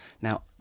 Now